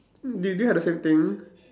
do do you have the same thing